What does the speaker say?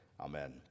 amen